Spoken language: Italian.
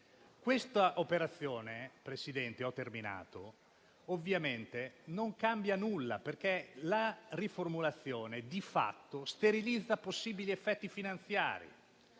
Questa operazione, signor Presidente, ovviamente non cambia nulla, perché la riformulazione di fatto sterilizza possibili effetti finanziari.